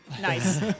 Nice